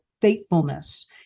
faithfulness